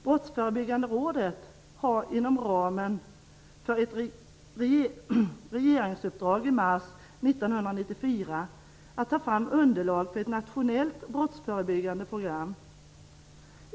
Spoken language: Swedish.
Brottsförebyggande rådet har inom ramen för ett regeringsuppdrag i mars 1994 att ta fram underlag för ett nationellt brottsförebyggande program.